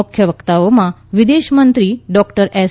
મુખ્ય વક્તાઓમાં વિદેશમંત્રી ડોક્ટર એસ